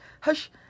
hush